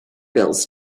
bills